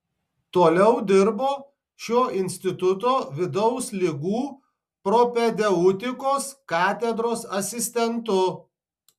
toliau dirbo šio instituto vidaus ligų propedeutikos katedros asistentu